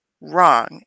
wrong